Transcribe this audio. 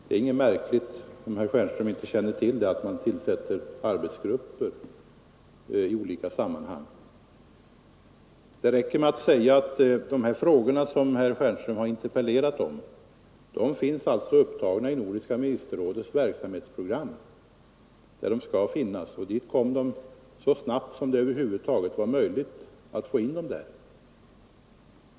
Det är inget märkligt att man tillsätter arbetsgrupper i olika sammanhang, men det kanske inte herr Stjernström känner till. De frågor som herr Stjernström har interpellerat om är upptagna i nordiska ministerrådets verksamhetsprogram, där de skall finnas och dit de kom så snabbt som det över huvud taget var möjligt.